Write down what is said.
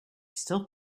still